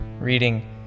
reading